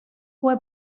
fue